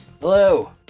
Hello